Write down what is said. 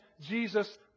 Jesus